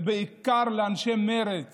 ובעיקר על אנשי מרצ